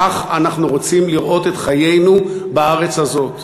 כך אנחנו רוצים לראות את חיינו בארץ הזאת.